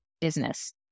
business